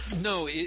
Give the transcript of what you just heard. No